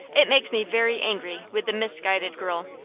it makes me very angry with the misguided girl.